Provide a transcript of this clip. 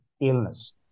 illness